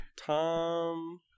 Tom